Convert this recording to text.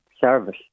service